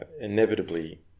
inevitably